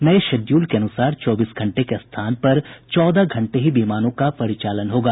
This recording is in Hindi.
नये शेड्यूल के अनुसार चौबीस घंटे के स्थान पर चौदह घंटे ही विमानों का परिचालन होगा